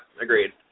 agreed